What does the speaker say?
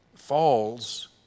falls